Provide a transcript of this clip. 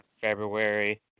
february